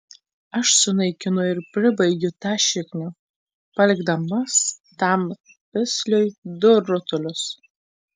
aš sunaikinu ir pribaigiu tą šiknių palikdamas tam pisliui du rutulius